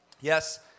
Yes